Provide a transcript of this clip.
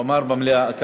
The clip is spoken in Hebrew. הוא אמר כאן.